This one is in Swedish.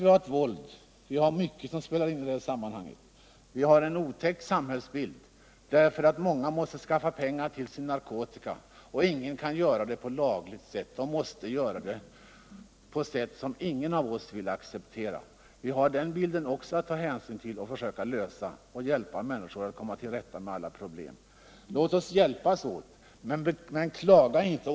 Vi vet att det är mycket som spelar in i detta sammanhang. Det förekommer våld, och vi har en otäck samhällsbild på grund av att många måste skaffa pengar till sin narkotika och ingen kan göra det på lagligt sätt; de måste göra det på ett sätt som ingen av oss vill acceptera. Vi har även att ta hänsyn till den bilden, vi måste hjälpa människor att komma till rätta med alla problem. Låt oss hjälpas åt och klaga inte!